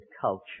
culture